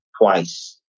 twice